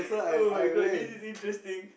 [oh]-my-god this is interesting